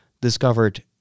discovered